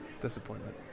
disappointment